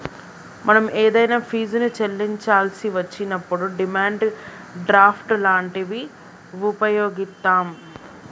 మనం ఏదైనా ఫీజుని చెల్లించాల్సి వచ్చినప్పుడు డిమాండ్ డ్రాఫ్ట్ లాంటివి వుపయోగిత్తాం